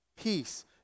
peace